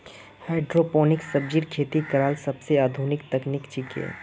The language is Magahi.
हाइड्रोपोनिक सब्जिर खेती करला सोबसे आधुनिक तकनीक छिके